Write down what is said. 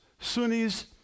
Sunnis